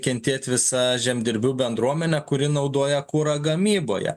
kentėt visa žemdirbių bendruomenė kuri naudoja kurą gamyboje